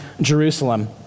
Jerusalem